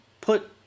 put